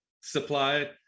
supply